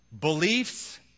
beliefs